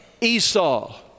Esau